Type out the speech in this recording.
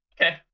okay